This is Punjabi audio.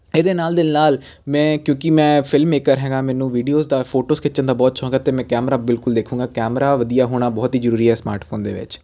ਇਹਦੇ ਨਾਲ ਦੇ ਨਾਲ ਮੈਂ ਕਿਉਂਕਿ ਮੈਂ ਫਿਲਮ ਮੇਕਰ ਹੈਗਾ ਮੈਨੂੰ ਵੀਡੀਓ ਤਾਂ ਫੋਟੋਸ ਖਿੱਚਣ ਦਾ ਬਹੁਤ ਸ਼ੌਕ ਹੈ ਅਤੇ ਮੈਂ ਕੈਮਰਾ ਬਿਲਕੁਲ ਦੇਖਾਂਗਾ ਕੈਮਰਾ ਵਧੀਆ ਹੋਣਾ ਬਹੁਤ ਹੀ ਜ਼ਰੂਰੀ ਹੈ ਸਮਾਰਟਫੋਨ ਦੇ ਵਿੱਚ